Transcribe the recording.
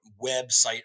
website